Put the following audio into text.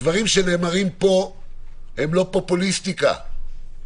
הדברים שנאמרים פה הם לא פופוליסטים,